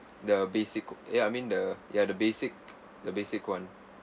the basic ya I mean the ya the basic the basic [one]